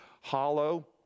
hollow